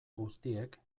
guztiek